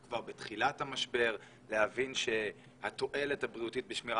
כבר בתחילת המשבר היה צורך להבין שהתועלת הבריאותית בשמירת